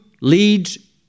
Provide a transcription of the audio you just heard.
leads